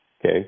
okay